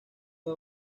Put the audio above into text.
fue